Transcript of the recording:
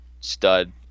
stud